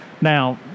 Now